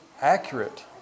accurate